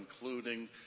including